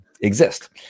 exist